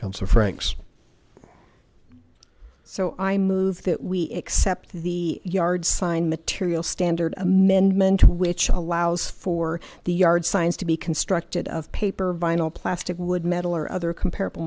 counsel franks so i move that we except the yard sign material standard amendment which allows for the yard signs to be constructed of paper vinyl plastic wood metal or other comparable